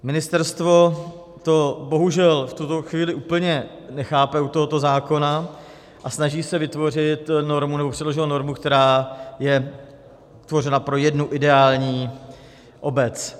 Ministerstvo to bohužel v tuto chvíli úplně nechápe u tohoto zákona a snaží se vytvořit normu, nebo předložilo normu, která je tvořena pro jednu ideální obec.